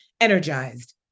energized